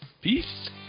Peace